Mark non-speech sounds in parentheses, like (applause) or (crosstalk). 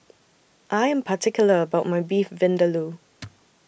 I Am particular about My Beef Vindaloo (noise)